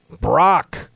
Brock